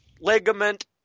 ligament